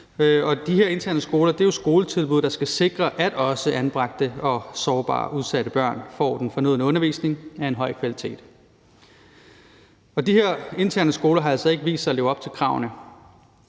De interne skoler er jo skoletilbud, der skal sikre, at også anbragte, sårbare og udsatte børn får den fornødne undervisning af en høj kvalitet, og de her interne skoler har altså vist sig ikke at leve op til kravene.